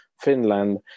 Finland